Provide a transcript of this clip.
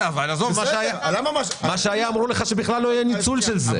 מה שהיה, אמרו לך שבכלל לא היה ניצול של זה.